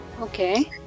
Okay